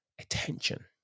attention